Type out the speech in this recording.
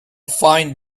fine